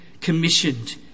commissioned